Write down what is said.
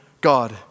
God